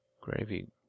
Gravy